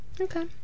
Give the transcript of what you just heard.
Okay